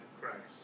Christ